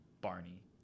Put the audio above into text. barney